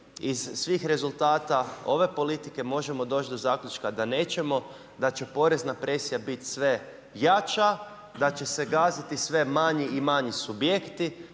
iz svih rezultata ove politike, možemo doći do zaključka, da nećemo, da će porezna presija biti sve jača, da će se gaziti sve manji i manji subjekti,